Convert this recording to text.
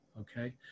okay